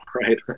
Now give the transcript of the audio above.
right